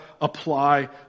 apply